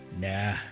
Nah